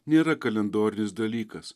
nėra kalendorinis dalykas